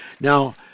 Now